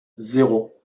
zéro